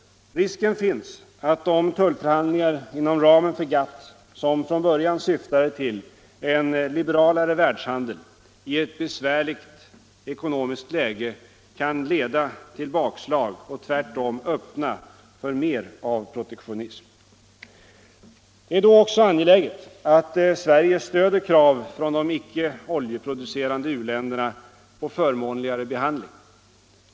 Risken finns att de tullförhandlingar inom ramen för GATT, som från början syftade till en liberalare världshandel, i ett besvärligt ekonomiskt läge kan leda till bakslag och tvärtom öppna för mer av protektionism. Det är då också angeläget att Sverige stöder krav från de icke oljeproducerande u-länderna på en förmånligare behandling.